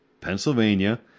Pennsylvania